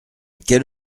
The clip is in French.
quelle